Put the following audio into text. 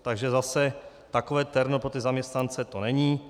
Takže zase takové terno pro ty zaměstnance to není.